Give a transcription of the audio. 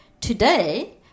Today